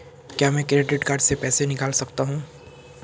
क्या मैं credit card से पैसे निकाल सकता हूँ?